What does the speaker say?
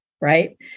right